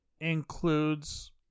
includes